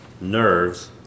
nerves